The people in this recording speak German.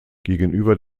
gegenüber